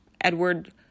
Edward